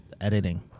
editing